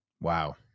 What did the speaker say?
Wow